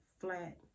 flat